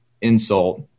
insult